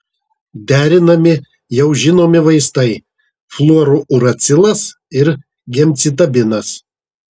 derinami jau žinomi vaistai fluorouracilas ir gemcitabinas